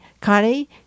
Connie